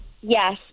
Yes